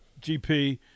GP